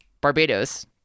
barbados